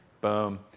Boom